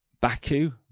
Baku